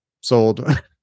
sold